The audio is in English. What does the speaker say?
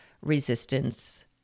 resistance